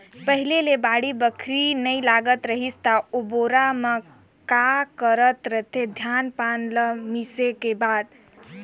पहिले ले बाड़ी बखरी नइ लगात रहें त ओबेरा में का करत रहें, धान पान ल मिसे के बाद